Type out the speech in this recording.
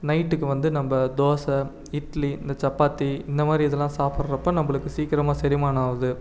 நைட்டுக்கு வந்து நம்ம தோசை இட்லி இந்த சப்பாத்தி இந்த மாதிரி இதெல்லாம் நம்ம சாப்பிட்றப்ப நம்மளுக்கு சீக்கரமாக செரிமானம் ஆகுது